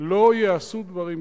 לא ייעשו דברים כאלה.